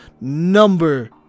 number